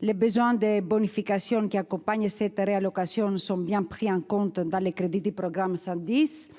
Les besoins de bonification qui accompagnent cette réallocation sont bien pris en compte dans les crédits du programme 110,